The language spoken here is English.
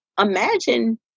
imagine